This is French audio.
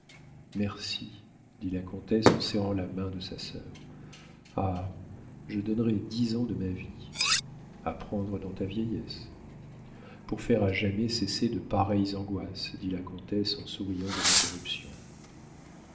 merci dit la comtesse en serrant la main de sa sœur ah je donnerais dix ans de ma vie a prendre dans ta vieillesse pour faire à jamais cesser de pareilles angoisses dit la comtesse en souriant de l'interruption